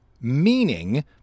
meaning